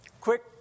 quick